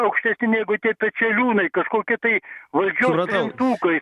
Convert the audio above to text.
aukštesni negu tie pečeliūnai kažkokie tai valdžios trintukai